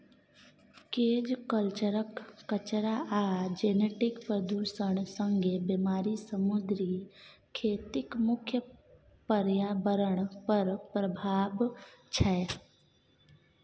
cage कल्चरक कचरा आ जेनेटिक प्रदुषण संगे बेमारी समुद्री खेतीक मुख्य प्रर्याबरण पर प्रभाब छै